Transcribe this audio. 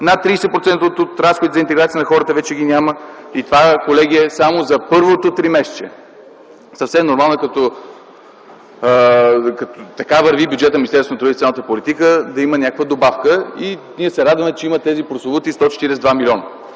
Над 30% от разходите за интеграция на хората вече ги няма. И това, колеги, е само за първото тримесечие! Съвсем нормално, като така върви бюджетът на Министерството на труда и социалната политика, да има някаква добавка. Ние се радваме, че ги има тези прословути 142 млн.